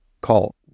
call